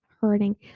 hurting